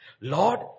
Lord